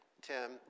Tim